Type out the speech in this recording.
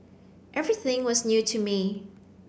everything was new to me